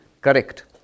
correct